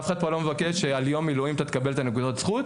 אף אחד כבר לא מבקש שעל יום מילואים אתה תקבל את הנקודות זכות.